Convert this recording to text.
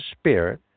Spirit